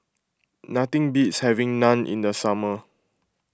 nothing beats having Naan in the summer